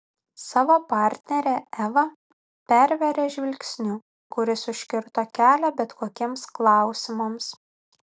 savo partnerę eva pervėrė žvilgsniu kuris užkirto kelią bet kokiems klausimams